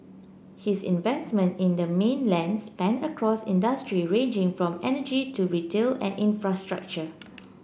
his investment in the mainland span across industries ranging from energy to retail and infrastructure